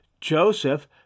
Joseph